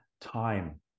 time